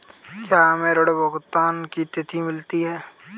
क्या हमें ऋण भुगतान की तिथि मिलती है?